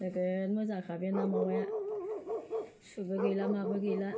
नोगोर मोजांखा बे ना मावाया सुबो गैला माबो गैला